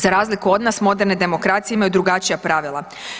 Za razliku od nas, moderne demokracije imaju drugačija pravila.